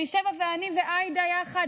אלישבע ואני ועאידה יחד,